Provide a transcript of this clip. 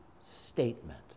statement